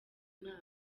nama